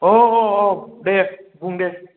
अह अह अह दे बुं दे